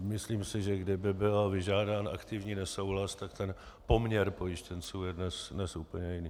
Myslím si, že kdyby byl vyžádán aktivní nesouhlas, tak ten poměr pojištěnců je dnes úplně jiný.